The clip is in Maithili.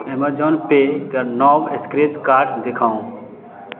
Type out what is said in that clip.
ऐमेज़ौन पे कऽ नव स्क्रैच कार्ड देखाउ